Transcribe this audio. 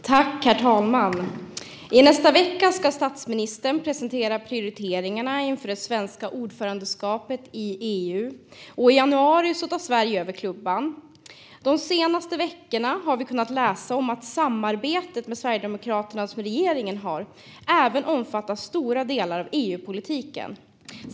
Herr talman! Nästa vecka ska statsministern presentera prioriteringarna inför det svenska ordförandeskapet i EU. I januari tar Sverige över klubban. De senaste veckorna har vi kunnat läsa om att det samarbete med Sverigedemokraterna som regeringen har även omfattar stora delar av EU-politiken.